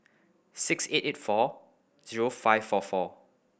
six eight eight four zero five four four